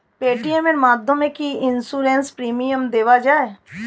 Paytm এর মাধ্যমে কি ইন্সুরেন্স প্রিমিয়াম দেওয়া যায়?